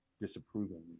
disapprovingly